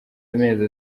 amezi